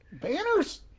Banners